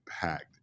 packed